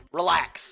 relax